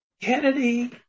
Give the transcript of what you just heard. Kennedy